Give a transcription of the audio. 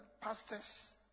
pastors